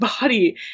body